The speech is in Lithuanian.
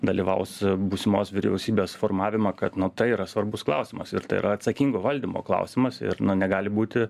dalyvaus būsimos vyriausybės formavimą kad nu ta yra svarbus klausimas ir tai yra atsakingo valdymo klausimas ir na negali būti